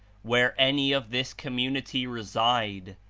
where any of this community reside,